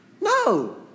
No